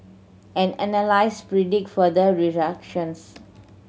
and analysts predict further ructions